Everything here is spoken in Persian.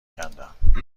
کندم